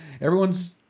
everyone's